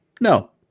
No